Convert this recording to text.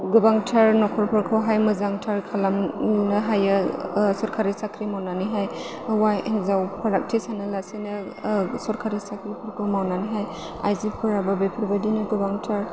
गोबांथार न'खरफोरखौहाय मोजांथार खालामनो हायो सरखारि साख्रि मावनानैहाय हौवा हिनजाव फारागथि सानालासिनो सरखारि साख्रिफोरखौ मावनानैहाय आइजोफोराबो बेफोरबायदिनो गोबांथार